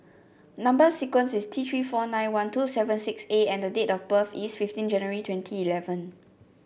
number sequence is T Three four nine one two seven six A and date of birth is fifteen January twenty eleven